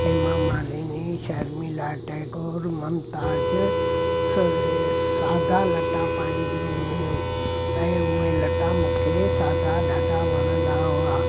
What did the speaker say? हेमा मालिनी शर्मीला टैगोर मुमताज़ सहे साधा लटा पाईंदियूं हुयूं ऐं उहे लटा मूंखे साधा ॾाढा वणंदा हुआ